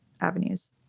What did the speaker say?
avenues